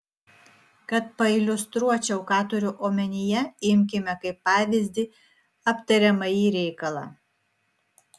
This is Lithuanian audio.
kad pailiustruočiau ką turiu omenyje imkime kaip pavyzdį aptariamąjį reikalą